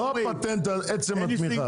לא עצם התמיכה,